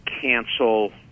cancel